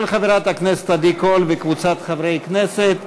של חברת הכנסת עדי קול וקבוצת חברי הכנסת.